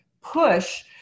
push